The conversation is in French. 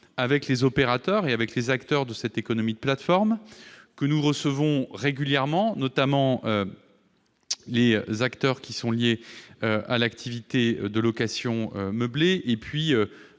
avec les opérateurs et les acteurs de cette économie de plateforme, que nous recevons régulièrement, notamment les acteurs liés à l'activité de location meublée et,